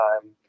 time